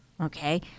Okay